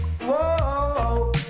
whoa